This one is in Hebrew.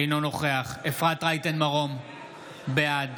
אינו נוכח אפרת רייטן מרום, בעד